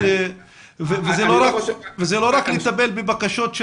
זה לא רק לטפל בבקשות של